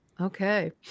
Okay